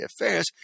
affairs